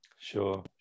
Sure